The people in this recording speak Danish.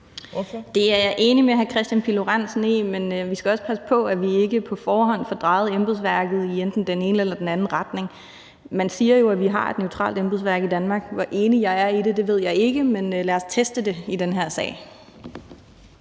Det er jeg enig med hr. Kristian Pihl Lorentzen i, men vi skal også passe på, at vi ikke på forhånd får drejet embedsværket i enten den ene eller den anden retning. Man siger jo, at vi har et neutralt embedsværk i Danmark, men hvor enig jeg er i det, ved jeg ikke, men lad os teste det i den her sag.